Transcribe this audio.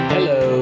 Hello